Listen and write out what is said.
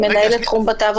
הקליטה.